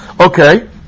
Okay